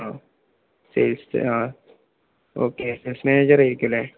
ആ സെൽ ആ ഓക്കെ സൽസ് മാനേജറ ആയിരിക്കുംല്ലേ